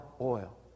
oil